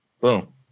Boom